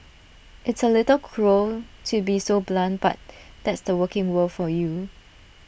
it's A little cruel to be so blunt but that's the working world for you